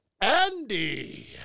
Andy